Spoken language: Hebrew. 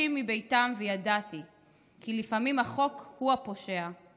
מביתם וידעתי / כי לפעמים החוק הוא הפשע /